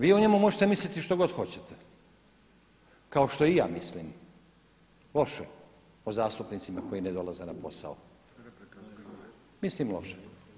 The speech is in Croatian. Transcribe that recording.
Vi o njemu možete misliti što god hoćete kao što i ja mislim loše o zastupnicima koji ne dolaze na posao, mislim loše.